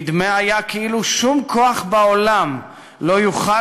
נדמה היה כאילו שום כוח בעולם לא יוכל